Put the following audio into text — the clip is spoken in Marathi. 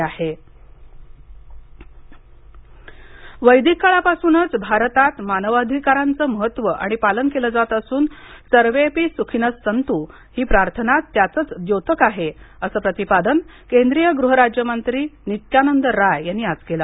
मानवाधिका वैदिक काळा पासूनच भारतात मानवाधिकारांच महत्त्व आणि पालन केल जात असून सर्वेपि सुखिनः सन्तु हि प्रार्थना त्याचच द्योतक आहे अस प्रतिपादन केंद्रीय करूह राज्यमंत्री नित्यानंद राय यांनी आज केल